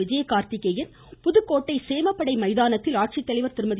விஜயகார்த்திகேயன் புகிகோட்டை சேமப்படை மைதானத்தில் ஆட்சித்தலைவர் திருமதி